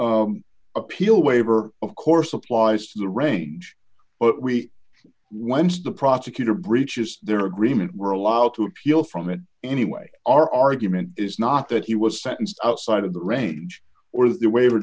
the appeal waiver of course applies to the range but we once the prosecutor breaches their agreement we're allowed to appeal from it anyway our argument is not that he was sentenced outside of the range or the waiver